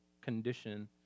condition